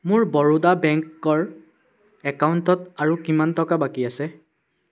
মোৰ বৰোদা বেংকৰ একাউণ্টত আৰু কিমান টকা বাকী আছে